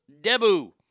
Debu